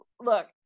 Look